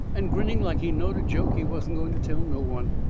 and grinning like he knowed a joke he wasn't going to tell no one.